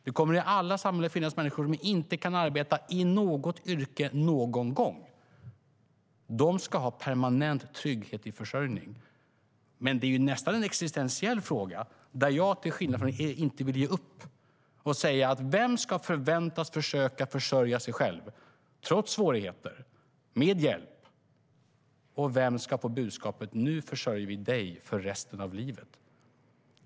Det kommer i alla samhällen att finnas människor som inte kan arbeta i något yrke någon gång, och de ska ha permanent trygghet i försörjning. Det är dock nästan en existentiell fråga, där jag till skillnad från er inte vill ge upp: Vem ska förväntas försöka försörja sig själv, trots svårigheter men med hjälp, och vem ska få budskapet att vi nu försörjer dig för resten av livet?